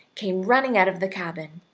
came running out of the cabin.